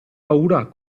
paura